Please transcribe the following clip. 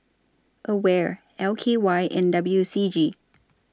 AWARE L K Y and W C G